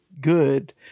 good